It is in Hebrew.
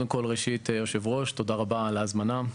ראשית, היושב ראש, תודה רבה על ההזמנה.